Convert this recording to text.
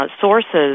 sources